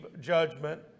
judgment